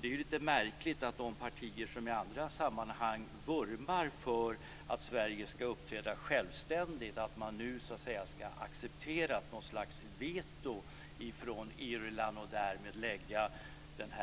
Det är då märkligt att de partier som i andra sammanhang vurmar för att Sverige ska uppträda självständigt nu accepterar något slags veto från Irland som därmed lägger